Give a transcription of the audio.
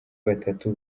batatu